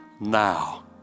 Now